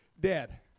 dead